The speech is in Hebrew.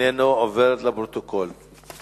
אינו נוכח, לפרוטוקול.